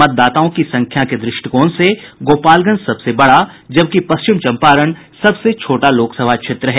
मतदाताओं की संख्या के दृष्टिकोण से गोपालगंज सबसे बड़ा जबकि पश्चिम चम्पारण सबसे छोटा लोकसभा क्षेत्र है